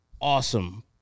awesome